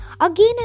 Again